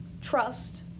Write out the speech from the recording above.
trust